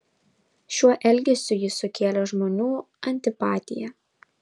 šiuo elgesiu jis sukėlė žmonių antipatiją